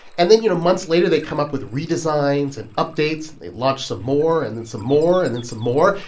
and then, you know, months later they come up with redesigns and updates. they launch some more, and then some more and then some more.